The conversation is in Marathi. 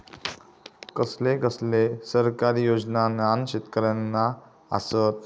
कसले कसले सरकारी योजना न्हान शेतकऱ्यांना आसत?